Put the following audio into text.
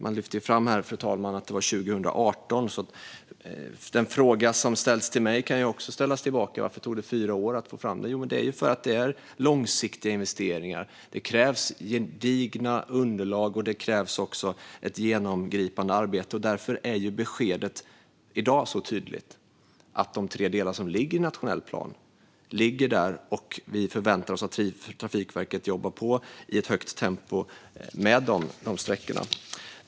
Det lyftes ju fram här att det var 2018, så den fråga som ställdes till mig kan ställas tillbaka: Varför tog det fyra år att få fram detta? Det beror på att det handlar om långsiktiga investeringar. Det krävs gedigna underlag och ett genomgripande arbete. Därför är beskedet i dag tydligt: De tre delar som ligger i nationell plan ligger kvar där, och vi förväntar oss att Trafikverket jobbar på i ett högt tempo med dessa sträckor.